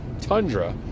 Tundra